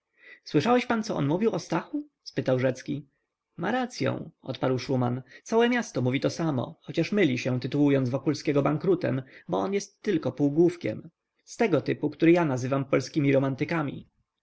słyszałeś pan co on mówił o stachu spytał rzecki ma racyą odparł szuman całe miasto mówi tosamo chociaż myli się tytułując wokulskiego bankrutem bo on jest tylko półgłówkiem z tego typu który ja nazywam polskimi romantykami